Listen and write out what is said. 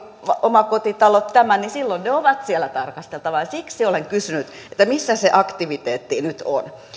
omakotitalot ja nämä niin silloin ne ovat siellä tarkasteltavina siksi olen kysynyt missä se aktiviteetti nyt on